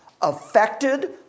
affected